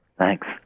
Thanks